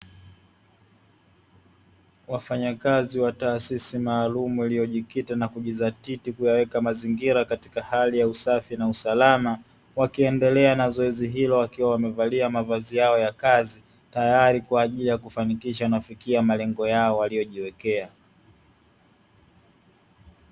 Wafanyakazi wa taasisi maalumu iliyojikita na kujizatiti kuyaweka mazingira katika hali ya usafi na usalama, wakiendelea na zoezi hilo wakiwa wamevalia mavazi yao ya kazi tayari kwa ajili ya kufanikisha na kufikia malengo yao waliyojiwekea.